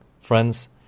Friends